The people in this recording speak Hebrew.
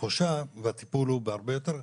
התחושה והטיפול הוא בהרבה יותר טוב.